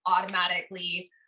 automatically